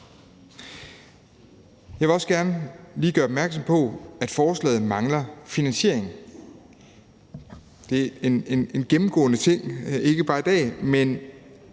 Jeg vil også gerne lige gøre opmærksom på, at forslaget mangler finansiering. Det er en gennemgående ting – ikke bare i dag –